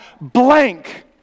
blank